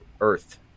earth